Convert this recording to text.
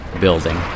building